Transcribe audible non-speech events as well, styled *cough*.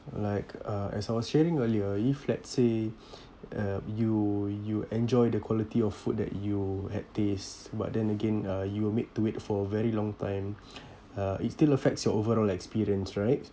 like uh as I was sharing earlier if let's say uh you you enjoy the quality of food that you had taste but then again uh you were made to wait for a very long time *noise* uh it still affects your overall experience right